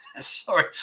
Sorry